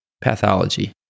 Pathology